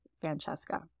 Francesca